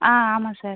ஆ ஆமாம் சார்